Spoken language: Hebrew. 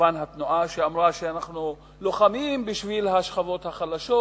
כמובן התנועה שאמרה שהיא לוחמת בשביל השכבות החלשות,